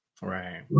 Right